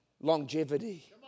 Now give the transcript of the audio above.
longevity